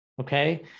Okay